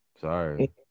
Sorry